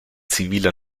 ziviler